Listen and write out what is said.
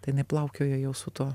tai jinai plaukiojo jau su tuo